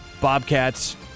Bobcats